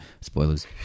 Spoilers